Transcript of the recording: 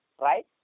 right